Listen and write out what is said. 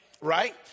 right